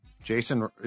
Jason